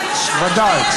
אתה משווה ביניהם, ודאי, ודאי.